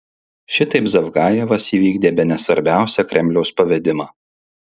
šitaip zavgajevas įvykdė bene svarbiausią kremliaus pavedimą